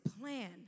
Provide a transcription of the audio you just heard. plan